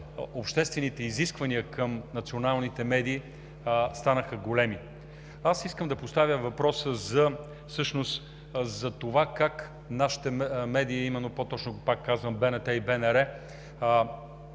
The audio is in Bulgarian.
обществените изисквания към националните медии станаха големи. Искам да поставя въпроса за това как за нашите медии, а по-точно БНТ и БНР,